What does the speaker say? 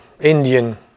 Indian